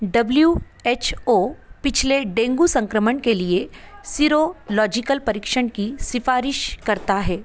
W H O पिछले dengue संक्रमण के लिए सीरोलॉजिकल परीक्षण की सिफ़ारिश करता है